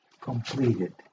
Completed